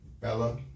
Bella